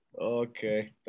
Okay